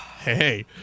Hey